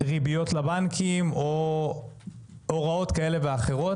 ריביות לבנקים או הוראות כאלה ואחרות.